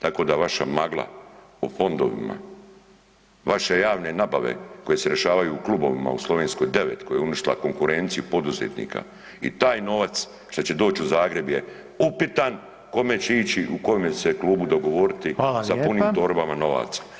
Tako da vaša magla o fondovima, vaše javne nabave koje se rješavaju u klubovima u Slovenskoj 9 koja je uništila konkurenciju poduzetnika i taj novac šta će doći u Zagreb je upitan kome će ići u kojeme će se klubu dogovoriti [[Upadica: Hvala lijepa.]] sa punim torbama novaca.